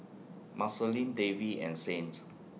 Marceline Davy and Saint